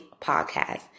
podcast